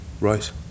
Right